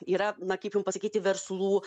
yra na kaip jum pasakyti verslų